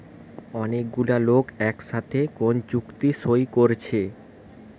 অনেক গুলা লোক একসাথে কোন চুক্তি সই কোরছে